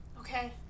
Okay